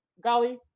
golly